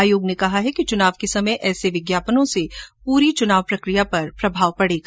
आयोग ने कहा कि चुनाव के समय ऐसे विज्ञापनों से पूरी चुनाव प्रक्रिया पर असर पड़ेगा